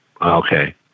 Okay